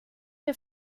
der